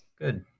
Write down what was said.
good